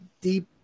deep